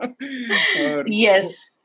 Yes